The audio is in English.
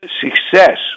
success